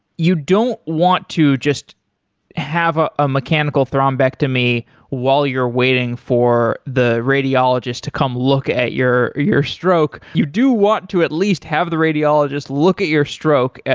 you don't want to just have a ah mechanical thrombectomy while you're waiting for the radiologist to come look at your your stroke. you do want to at least have the radiologist look at your stroke,